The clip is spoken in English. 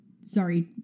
sorry